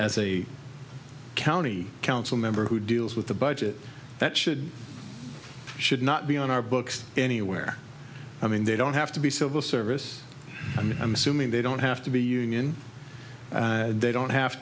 as a county council member who deals with the budget that should or should not be on our books anywhere i mean they don't have to be civil service and i'm assuming they don't have to be union they don't have